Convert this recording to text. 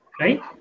right